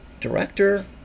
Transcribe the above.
director